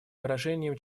выражением